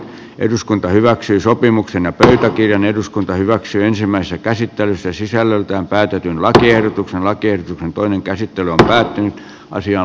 eduskunta hyväksyi sopimuksen pöytäkirjan eduskunta hyväksyi ensimmäisen käsittelyssä sisällöltään käytetyn lakiehdotuksen rakeita toinen käsittely on päättynyt lakiehdotuksesta